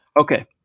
Okay